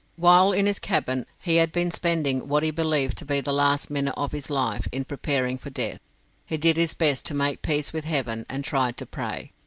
while in his cabin, he had been spending what he believed to be the last minutes of his life in preparing for death he did his best to make peace with heaven, and tried to pray.